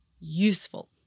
useful